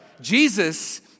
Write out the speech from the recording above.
Jesus